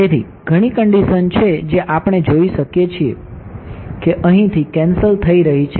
તેથી ઘણી કન્ડિશન છે જે આપણે જોઈ શકીએ છીએ કે અહીંથી કેન્સલ થઈ રહી છે